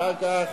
ואחר כך,